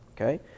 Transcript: Okay